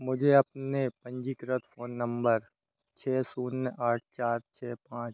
मुझे अपने पंजीकृत फोन नंबर छ शून्य आठ चार छ पाँच